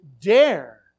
dare